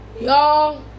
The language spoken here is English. Y'all